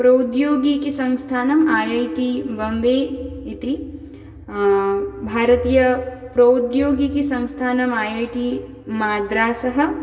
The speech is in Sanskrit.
प्रौद्योगिकीसंस्थानम् ऐ ऐ टि बाम्बे इति भारतीयप्रौद्योगिकीसंस्थानम् ऐ ऐ टि माद्रासः